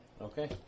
Okay